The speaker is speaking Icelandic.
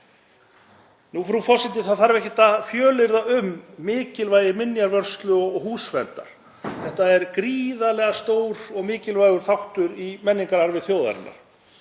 Frú forseti. Það þarf ekkert að fjölyrða um mikilvægi minjavörslu og húsverndar. Þetta er gríðarlega stór og mikilvægur þáttur í menningararfleifð þjóðarinnar.